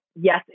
yes